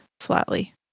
flatly